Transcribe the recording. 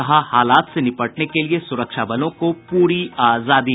कहा हालात से निपटने के लिए सुरक्षा बलों को पूरी आजादी